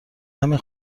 همین